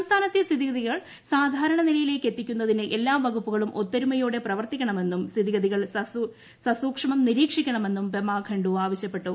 സംസ്ഥാനത്തെ സ്ഥിതിഗതികൾ സാധാരണ നിലയിലേയ്ക്ക് എത്തിക്കുന്നതിന് എല്ലാ വകുപ്പുകളും ഒത്ത്രൂമുയോടെ പ്രവർത്തിക്കണമെന്നും സ്ഥിതിഗതികൾ സസൂക്ഷ്മകൃനീരീക്ഷിക്കണമെന്നും പെമ ഖണ്ഡു ആവശ്യപ്പെട്ടു